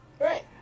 Right